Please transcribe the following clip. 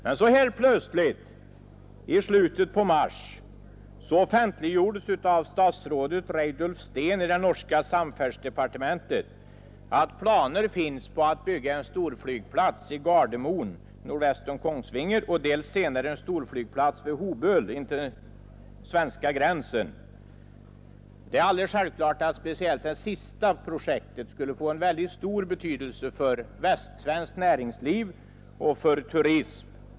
Men helt plötsligt i slutet av mars offentliggjordes av statsrådet Reiulf Steen i det norska samferdselsdepartementet att planer finns på att bygga en storflygplats i Gardermoen nordväst om Kongsvinger och senare en storflygplats vid Hoböl invid den svenska gränsen. Det är självklart att speciellt det sistnämnda projektet skulle få en mycket stor betydelse för västsvenskt näringsliv och turism.